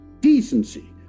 decency